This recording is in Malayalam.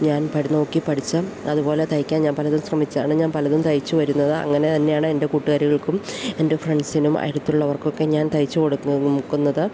ഞാൻ നോക്കി പഠിച്ചത് അതുപോലെ തയ്ക്കാൻ ഞാൻ പലതും ശ്രമിച്ചതാണ് ഞാൻ പലതും തയ്ച്ചു വരുന്നത് അങ്ങനെ തന്നെയാണ് എൻ്റെ കുട്ടുകാരികൾക്കും എൻ്റെ ഫ്രണ്ട്സിനും അടുത്തുള്ളവർക്കൊക്കെ ഞാൻ തയ്ച്ചു കൊടുക്കുന്നത് മുക്കുന്നത്